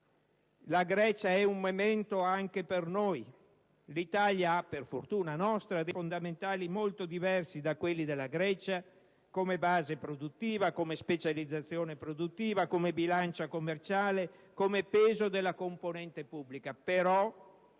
la Grecia è un *memento* anche per noi. L'Italia ha, per fortuna nostra, dei fondamentali molto diversi da quelli della Grecia, come base produttiva, come specializzazione produttiva, come bilancia commerciale, come peso della componente pubblica;